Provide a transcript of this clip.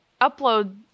Upload